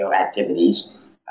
activities